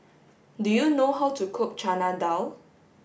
do you know how to cook Chana Dal